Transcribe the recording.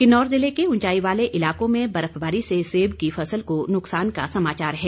किन्नौर जिले के उंचाई वाले इलाकों में बर्फबारी से सेब की फसल को नुकसान का समाचार है